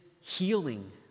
healing